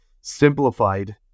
simplified